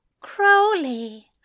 Crowley